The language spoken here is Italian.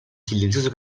silenzioso